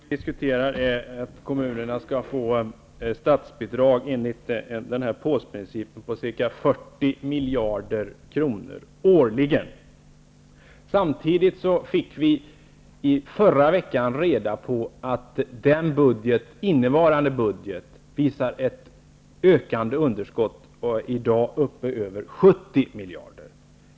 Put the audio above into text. Herr talman! Det vi diskuterar är att kommunerna skall få statsbidrag enligt påsprincipen på ca 40 miljarder kronor årligen. Samtidigt fick vi i förra veckan reda på att innevarande årsbudget visar ett ökande underskott och i dag är uppe i över 70 miljarder.